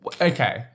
okay